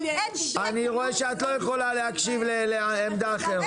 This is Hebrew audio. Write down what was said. אני רואה שאת לא יכולה להקשיב לעמדה אחרת,